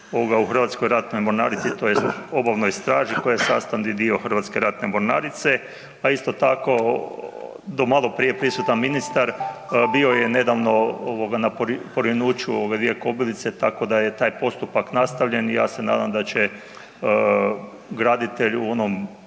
u Hrvatskoj ratnoj mornarici tj. Obalnoj straži koja je sastavni dio Hrvatske ratne mornarice. A isto tako do malo prije prisutan ministar bio je nedavno na porinuću dvije kobilice tako da je taj postupak nastavljen i ja se nadam da će graditelj u onom